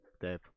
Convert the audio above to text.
Dave